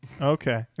Okay